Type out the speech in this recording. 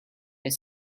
were